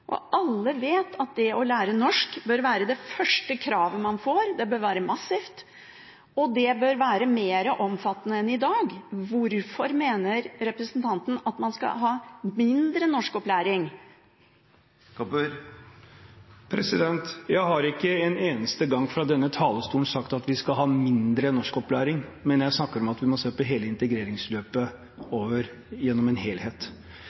Og alle vet at det å lære norsk bør være det første kravet man får, det bør være massivt, og det bør være mer omfattende enn i dag. Hvorfor mener representanten at man skal ha mindre norskopplæring? Jeg har ikke en eneste gang fra denne talerstolen sagt at vi skal ha mindre norskopplæring, men jeg snakker om at vi må se på hele integreringsløpet i en helhet.